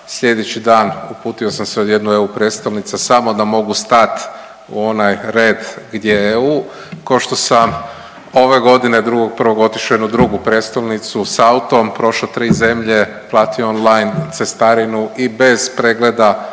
Sljedeći dan uputio sam se u jednu od EU predstavnica samo da mogu stat u onaj red gdje je EU kao što sam ove godine 2.1. otišao u jednu drugu predstavnicu sa autom, prošao tri zemlje, platio on-line cestarinu i bez pregleda